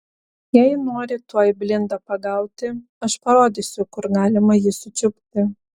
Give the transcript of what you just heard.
jei nori tuoj blindą pagauti aš parodysiu kur galima jį sučiupti